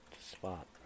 spot